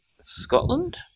Scotland